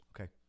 Okay